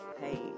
hey